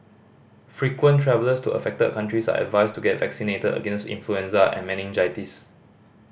frequent travellers to affected countries are advised to get vaccinated against influenza and meningitis